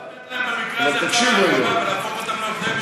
במקרה הזה, ולהפוך אותם לעובדי מדינה.